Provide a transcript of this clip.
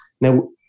Now